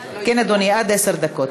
כן, אדוני, עד עשר דקות.